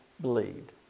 believed